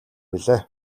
билээ